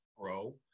grow